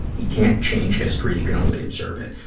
you can't change history. you can only observe it.